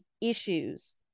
issues